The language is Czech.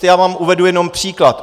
Já vám uvedu jenom příklad.